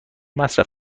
مصرف